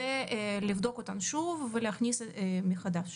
לבדוק אותן שוב, ולהכניס אותן מחדש.